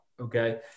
okay